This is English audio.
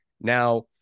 Now